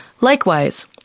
Likewise